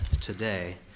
today